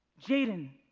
jaden,